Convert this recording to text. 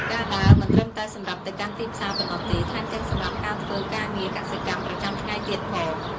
ការដើរមិនត្រឹមតែសម្រាប់ទៅកាន់ទីផ្សារប៉ុណ្ណោះទេ ថែមទាំងសម្រាប់ការធ្វើការងារកសិកម្មប្រចាំថ្ងៃទៀតផង។